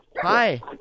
hi